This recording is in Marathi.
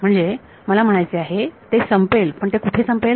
म्हणजे जे मला म्हणायचे आहे ते संपेल पण ते कुठे संपेल